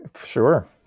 Sure